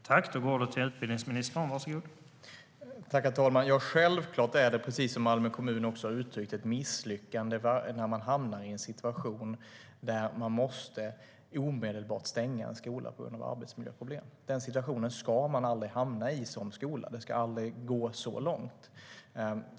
Herr talman! Självklart är det, precis som Malmö kommun också har uttryckt det, ett misslyckande när man hamnar i en situation där man omedelbart måste stänga en skola på grund av arbetsmiljöproblem. Den situationen ska man aldrig hamna i som skola. Det ska aldrig gå så långt.